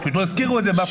פשוט לא הזכירו את זה.